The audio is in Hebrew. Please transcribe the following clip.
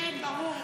כן, ברור.